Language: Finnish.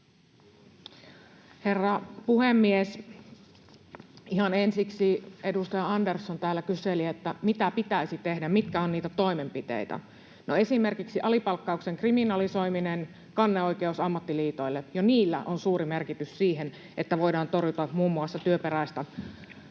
Herra puhemies! Ihan ensiksi: Edustaja Andersson täällä kyseli, mitä pitäisi tehdä, mitkä ovat niitä toimenpiteitä. No, esimerkiksi alipalkkauksen kriminalisoiminen, kanneoikeus ammattiliitoille. Jo niillä on suuri merkitys siihen, että voidaan torjua muun muassa työperäistä